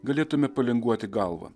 galėtume palinguoti galva